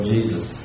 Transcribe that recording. Jesus